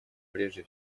прежде